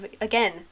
Again